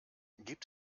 gibt